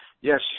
yes